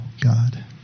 God